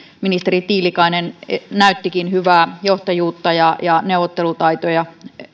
ministeri tiilikainen näyttikin hyvää johtajuutta ja ja neuvottelutaitoja